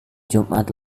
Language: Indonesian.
jumat